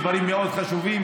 ודברים מאוד חשובים,